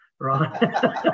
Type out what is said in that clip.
Right